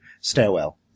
stairwell